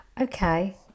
okay